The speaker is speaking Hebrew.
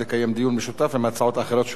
כדי לקיים דיון משותף עם הצעות אחרות.